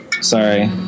Sorry